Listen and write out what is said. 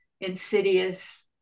insidious